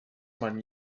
man